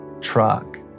truck